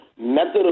method